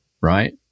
right